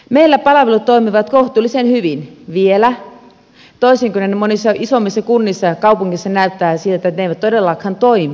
meillä palvelut toimivat kohtuullisen hyvin vielä toisin kuin monissa isommissa kunnissa ja kaupungissa näyttää siltä että ne eivät todellakaan toimi